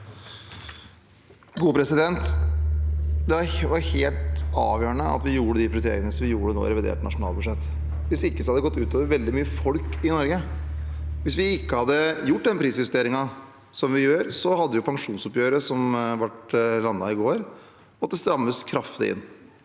Det var helt avgjørende å gjøre de prioriteringene vi gjorde nå i revidert nasjonalbudsjett, hvis ikke hadde det gått ut over veldig mange folk i Norge. Hvis vi ikke hadde gjort den prisjusteringen, hadde pensjonsoppgjøret – som ble landet i går – måttet strammes kraftig inn.